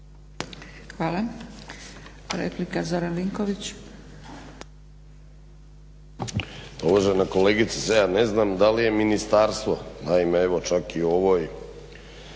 Hvala. Replika Zoran Vinković.